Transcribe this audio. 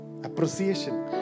Appreciation